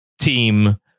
team